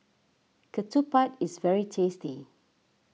Ketupat is very tasty